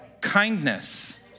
kindness